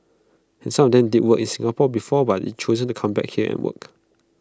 and some of them did work in Singapore before but they've chosen to come back here and work